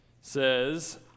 says